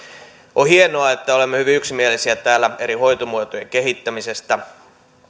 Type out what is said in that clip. on hienoa että olemme hyvin yksimielisiä täällä eri hoitomuotojen kehittämisestä